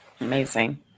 Amazing